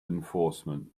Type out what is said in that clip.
enforcement